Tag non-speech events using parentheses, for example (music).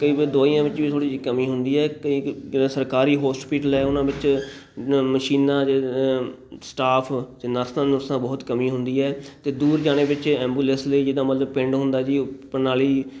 ਕਈ ਵਾਰ ਦਵਾਈਆਂ ਵਿੱਚ ਵੀ ਥੋੜ੍ਹੀ ਜਿਹੀ ਕਮੀ ਹੁੰਦੀ ਹੈ ਕਈ ਕ (unintelligible) ਸਰਕਾਰੀ ਹੋਸਪੀਟਲ ਹੈ ਉਹਨਾ ਵਿੱਚ ਮ ਮਸ਼ੀਨਾਂ ਸਟਾਫ ਅਤੇ ਨਰਸਾਂ ਨੁਰਸਾਂ ਬਹੁਤ ਕਮੀ ਹੁੰਦੀ ਹੈ ਅਤੇ ਦੂਰ ਜਾਣੇ ਵਿੱਚ ਐਂਬੁਲੈਂਸ ਲਈ ਜਿੱਦਾਂ ਮਤਲਬ ਪਿੰਡ ਹੁੰਦਾ ਜੀ ਉ ਪ੍ਰਣਾਲੀ